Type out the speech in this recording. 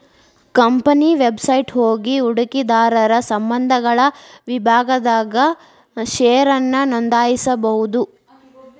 company website ಹೋಗಿ ಹೂಡಕಿದಾರರ ಸಂಬಂಧಗಳ ವಿಭಾಗದಾಗ ಷೇರನ್ನ ನೋಂದಾಯಿಸಬೋದು